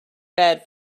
bed